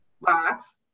box